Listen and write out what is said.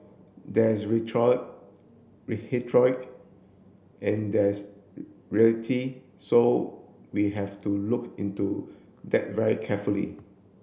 there's rhetoric and there's reality so we have to look into that very carefully